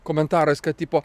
komentarais kad tipo